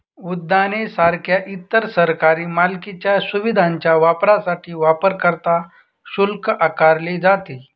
उद्याने सारख्या इतर सरकारी मालकीच्या सुविधांच्या वापरासाठी वापरकर्ता शुल्क आकारले जाते